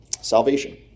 Salvation